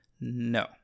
No